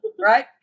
right